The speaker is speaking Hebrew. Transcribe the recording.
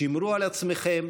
שמרו על עצמכם,